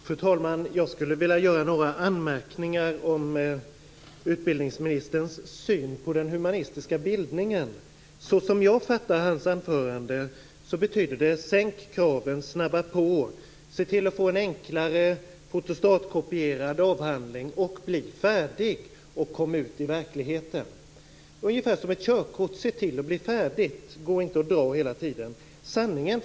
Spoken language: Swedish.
Fru talman! Jag skulle vilja göra några anmärkningar angående utbildningsministerns syn på den humanistiska bildningen. Såsom jag uppfattade hans anförande betydde det: Sänk kraven, snabba på! Se till att få en enklare fotostatkopierad avhandling, bli färdig och kom ut till verkligheten! Det var ungefär som ett körkort: Se till att bli färdig! Gå inte och dra hela tiden! Fru talman!